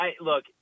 look